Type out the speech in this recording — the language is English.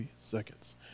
seconds